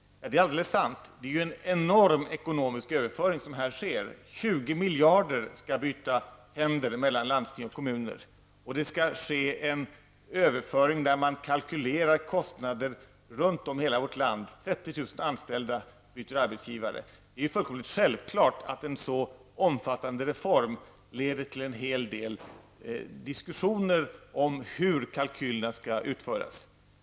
Det är alldeles sant. Det är en enorm ekonomisk överföring som här sker. 20 miljarder skall byta händer mellan landsting och kommuner, och det skall ske en överföring där man kalkylerar kostnader runt om i hela vårt land, och 30 000 anställda byter arbetsgivare. Det är fullkomligt självklart att en så omfattande reform leder till en hel del diskussioner om hur kalkylerna skall utföras.